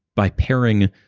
by pairing,